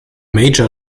major